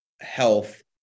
health